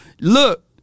look